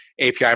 API